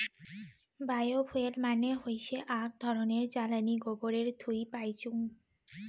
bio fuel মানে হৈসে আক ধরণের জ্বালানী গোবরের থুই পাইচুঙ